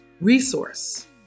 Resource